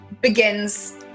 begins